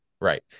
right